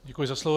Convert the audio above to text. Děkuji za slovo.